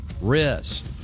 wrist